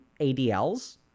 ADLs